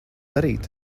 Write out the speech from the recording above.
darīt